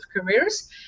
careers